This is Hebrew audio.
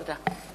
תודה.